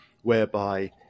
whereby